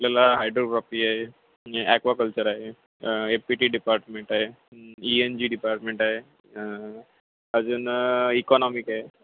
आपल्याला हायड्रोग्रॉफी आहे आणि ॲक्वाकल्चर आहे ए पी टी डिपार्टमेंट आहे ई एन जी डिपार्टमेंट आहे अजून इकॉनॉमिक आहे